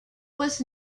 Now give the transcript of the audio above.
was